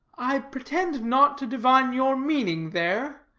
i pretend not to divine your meaning there,